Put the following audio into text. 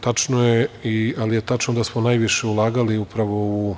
Tačno je, ali je tačno da smo najviše ulagali upravo u